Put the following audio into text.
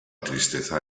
tristeza